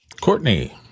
Courtney